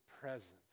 presence